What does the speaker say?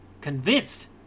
convinced